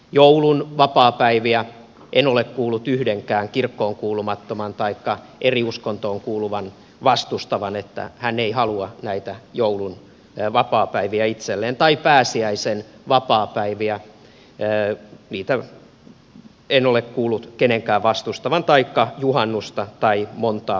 joulun vapaapäiviä en ole kuullut yhdenkään kirkkoon kuulumattoman taikka eri uskontoon kuuluvan vastustavan että hän ei halua näitä joulun vapaapäiviä itselleen tai pääsiäisen vapaapäiviä niitä en ole kuullut kenenkään vastustavan taikka juhannusta tai montaa muuta